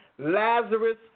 Lazarus